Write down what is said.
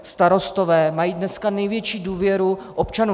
Starostové mají dneska největší důvěru občanů.